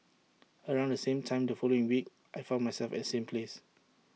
around the same time the following week I found myself at same place